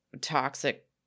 toxic